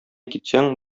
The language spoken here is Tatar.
китсәң